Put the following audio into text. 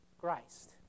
Christ